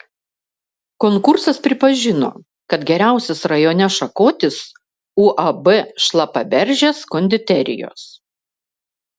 konkursas pripažino kad geriausias rajone šakotis uab šlapaberžės konditerijos